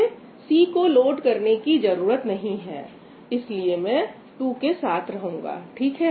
मुझे C को load करने की जरूरत नहीं है इसलिए मैं 2 के साथ रहूंगा ठीक है